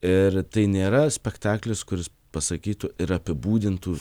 ir tai nėra spektaklis kuris pasakytų ir apibūdintų